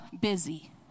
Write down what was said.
busy